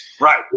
Right